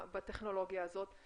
להשתמש בטכנולוגיה הזאת,